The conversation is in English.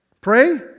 pray